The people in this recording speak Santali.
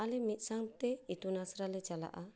ᱟᱞᱮ ᱢᱤᱫ ᱥᱟᱶᱛᱮ ᱤᱛᱩᱱ ᱟᱥᱲᱟ ᱞᱮ ᱪᱟᱞᱟᱜᱼᱟ